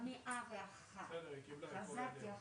אחורה זה ייקח יותר משבועיים.